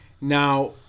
now